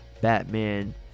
Batman